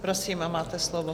Prosím, máte slovo.